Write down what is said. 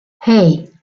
hey